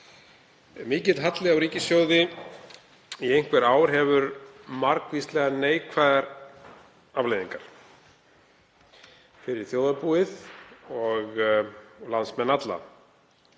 Mikill halli á ríkissjóði í einhver ár hefur margvíslegar neikvæðar afleiðingar fyrir þjóðarbúið og landsmenn alla.